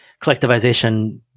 collectivization